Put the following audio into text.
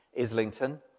Islington